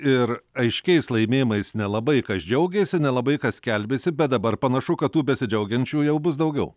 ir aiškiais laimėjimais nelabai kas džiaugėsi nelabai kas skelbėsi bet dabar panašu kad tų besidžiaugiančių jau bus daugiau